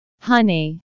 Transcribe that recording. honey